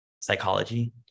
Psychology